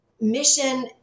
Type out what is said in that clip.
mission